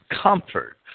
comfort